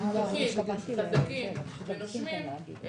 עסקים חזקים ונושמים.